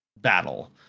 battle